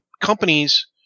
companies